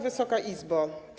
Wysoka Izbo!